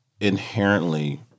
inherently